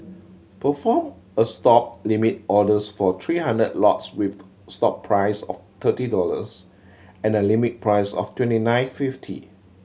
perform a Stop limit orders for three hundred lots with stop price of thirty dollars and limit price of twenty nine fifty